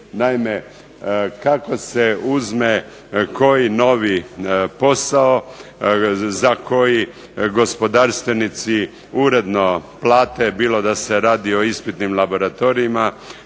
Naime, kako se uzme koji novi posao, za koji gospodarstvenici uredno plate, bilo da se radi o ispitnim laboratorijima,